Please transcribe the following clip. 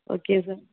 okay sir